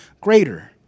greater